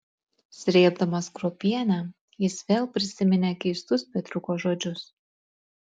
srėbdamas kruopienę jis vėl prisiminė keistus petriuko žodžius